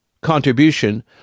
contribution